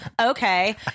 okay